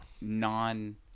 non